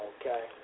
Okay